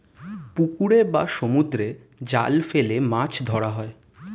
পুকুরে বা সমুদ্রে জাল ফেলে মাছ ধরা হয়